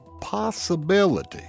possibility